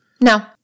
No